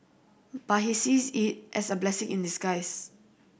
but he sees it as a blessing in disguise